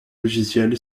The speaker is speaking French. logiciel